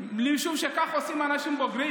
אני מבין שהיא בנורבגי,